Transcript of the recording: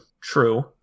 True